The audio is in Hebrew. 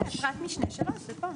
משנה 3, זה פה.